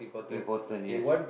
important yes